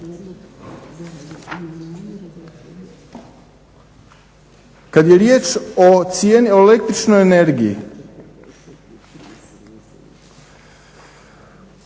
Kad je riječ o cijeni, o električnoj energiji,